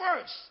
first